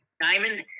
diamond